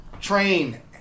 train